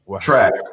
track